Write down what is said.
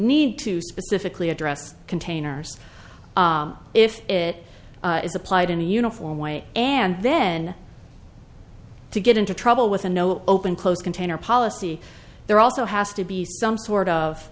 need to specifically address containers if it is applied in a uniform way and then to get into trouble with a no open closed container policy there also has to be some sort of